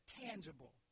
tangible